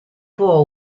può